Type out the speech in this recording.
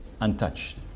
untouched